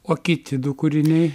o kiti du kūriniai